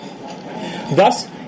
Thus